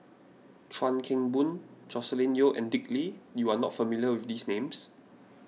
Chuan Keng Boon Joscelin Yeo and Dick Lee you are not familiar with these names